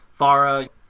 Farah